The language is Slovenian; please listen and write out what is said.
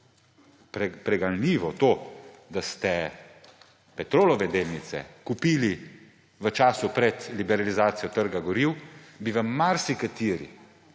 pregonljivo to, da ste Petrolove delnice kupili v času pred liberalizacijo trga goriv, bi bili v marsikateri